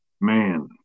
man